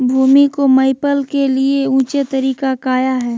भूमि को मैपल के लिए ऊंचे तरीका काया है?